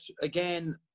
again